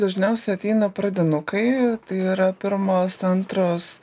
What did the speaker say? dažniausiai ateina pradinukai tai yra pirmos antros